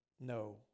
No